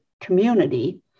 community